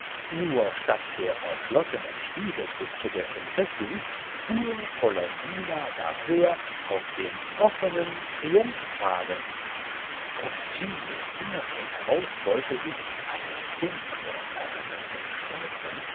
nur statt der verschlossenen spiegelkutsche der prinzessin fuhr colombina daher auf dem offnen triumphwagen aus giglios innerstem heraus wollte sich eine dunkle ahnung gestalten